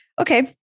Okay